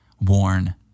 worn